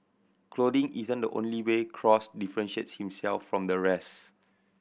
clothing isn't the only way Cross differentiates himself from the rest